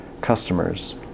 customers